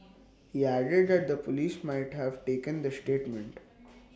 he added that the Police might have taken this statement